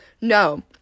no